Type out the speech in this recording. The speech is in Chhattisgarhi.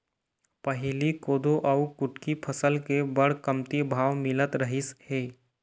पहिली कोदो अउ कुटकी फसल के बड़ कमती भाव मिलत रहिस हे